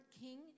king